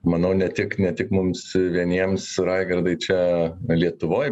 manau ne tik ne tik mums vieniems raigardai čia lietuvoj